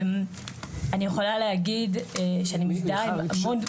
אני יכולה להגיד שאני מזדהה עם המון --- מיכל,